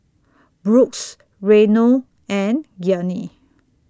Brooks Reino and Gianni